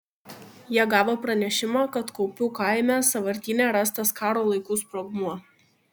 jie gavo pranešimą kad kaupių kaime sąvartyne rastas karo laikų sprogmuo